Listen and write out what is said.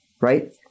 Right